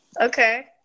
Okay